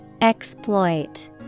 Exploit